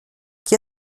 chi